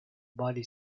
body